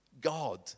God